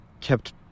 kept